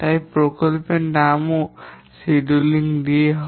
তাই প্রকল্পের নাম ও সিডিউল দিয়ে হয়